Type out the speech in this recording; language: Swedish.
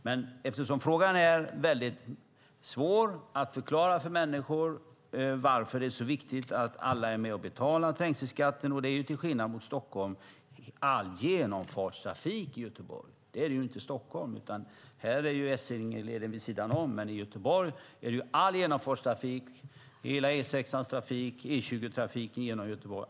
Men det är svårt att förklara för människor varför det är så viktigt att alla är med och betalar trängselskatten. Och all genomfartstrafik går genom Göteborg. Så är det ju inte i Stockholm. Här ligger ju Essingeleden vid sidan om. I Göteborg är det all genomfartstrafik. Det är all trafik från E6 och E20 genom Göteborg.